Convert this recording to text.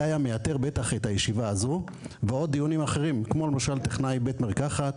זה היה מייתר את הישיבה הזו ועוד דיונים אחרים כמו למשל טכנאי בית מרקחת